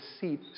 seat